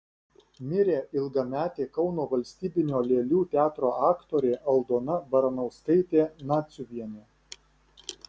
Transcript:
mirė ilgametė kauno valstybinio lėlių teatro aktorė aldona baranauskaitė naciuvienė